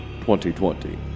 2020